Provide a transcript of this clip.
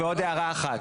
רגע, מילה אחת.